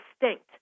distinct